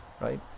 Right